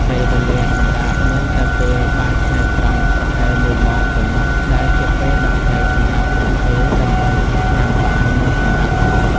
ពេលវេលាសម្រាកមានតែពេលបាយថ្ងៃត្រង់ប្រហែលមួយម៉ោងប៉ុណ្ណោះ ដែលជាពេលដ៏ខ្លីសម្រាប់ពួកគេដើម្បីញ៉ាំបាយ និងសម្រាកបន្តិច។